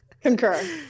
Concur